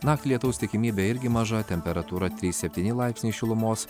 naktį lietaus tikimybė irgi maža temperatūra trys septyni laipsnių šilumos